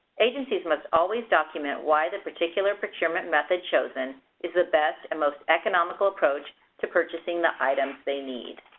agencies must always document why the particular procurement method chosen is the best and most economical approach to purchasing the items they need.